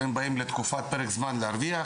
הם באים לפרק זמן להרוויח.